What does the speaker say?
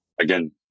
Again